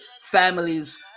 Families